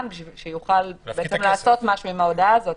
בשביל שיוכל לעשות משהו עם ההודעה הזאת.